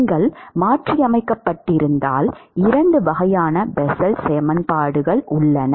நீங்கள் மாற்றியமைக்கப்பட்டிருந்தால் 2 வகையான பெசல் சமன்பாடுகள் உள்ளன